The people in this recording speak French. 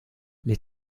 les